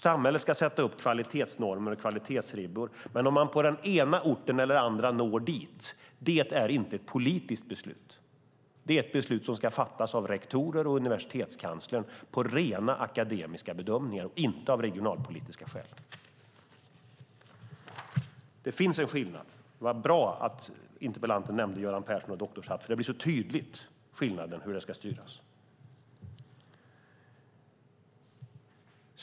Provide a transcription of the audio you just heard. Samhället ska sätta upp kvalitetsnormer och kvalitetsribbor. Men om man på den ena eller andra orten når dit är inte ett politiskt beslut. Det är ett beslut som ska fattas av rektorer och universitetskanslern på rena akademiska bedömningar och inte av regionalpolitiska skäl. Det finns en skillnad, och det var bra att interpellanten nämnde Göran Persson och doktorshatten. Skillnaderna blir så tydliga när det gäller hur det ska styras.